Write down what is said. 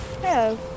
Hello